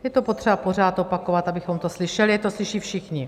Je to potřeba pořád opakovat, abychom to slyšeli, ať to slyší všichni.